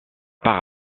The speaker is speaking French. par